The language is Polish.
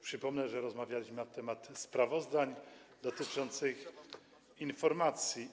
Przypomnę, że rozmawialiśmy na temat sprawozdań dotyczących informacji.